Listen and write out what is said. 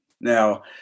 Now